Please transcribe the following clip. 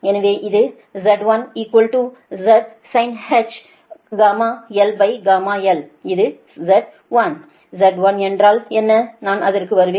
எனவே அது Z1 Z sinh γl γl இது Z1 Z1 என்றால் என்ன நான் அதற்கு வருவேன்